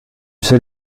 sel